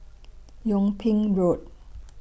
Yung Ping Road